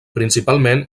principalment